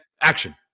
action